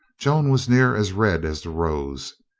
joan was near as red as the rose.